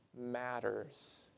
matters